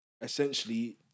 essentially